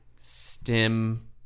stem